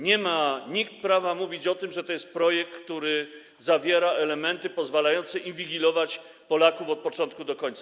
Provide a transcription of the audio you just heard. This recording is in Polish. Nikt nie ma prawa mówić o tym, że to jest projekt, który zawiera elementy pozwalające inwigilować Polaków od początku do końca.